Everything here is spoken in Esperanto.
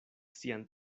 sian